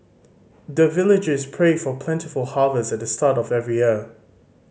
the villagers pray for plentiful harvest at the start of every year